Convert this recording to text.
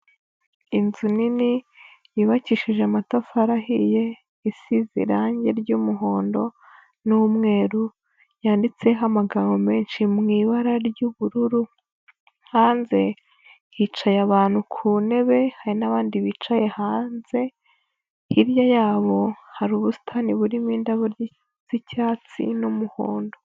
Inzu nini yubakishije amatafari ahiye isize irange ry'umuhondo n'umweru yanditseho amagambo menshi mu ibara ry'ubururu, hanze hicaye abantu ku ntebe hari n'abandi bicaye hanze, hirya yabo hari ubusitani burimo indabo z'icyatsi n'umuhondo.